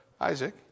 Isaac